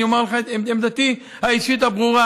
אני אומר לך את עמדתי האישית הברורה: